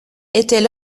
étaient